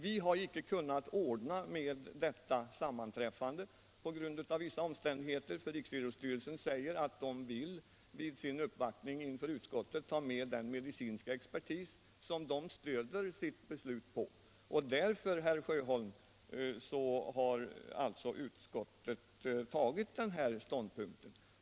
Vi har inte kunnat ordna detta sammanträffande — av vissa skäl — eftersom Riksidrottsstyrelsen vid sin uppvaktning inför utskottet vill ta med den medicinska expertis som den stött sitt beslut på. Därför, herr Sjöholm, har utskottet tagit den här ståndpunkten.